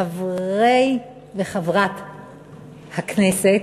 חברי וחברת הכנסת,